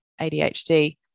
ADHD